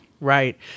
Right